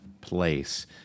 place